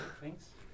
thanks